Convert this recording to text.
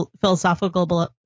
philosophical